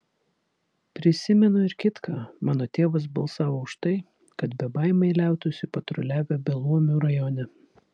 prisimenu ir kitką mano tėvas balsavo už tai kad bebaimiai liautųsi patruliavę beluomių rajone